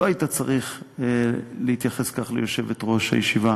לא היית צריך להתייחס כך ליושבת-ראש הישיבה.